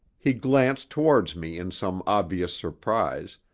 he glanced towards me in some obvious surprise,